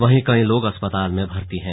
वहीं कई लोग अस्पताल में भर्ती है